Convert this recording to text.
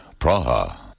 Praha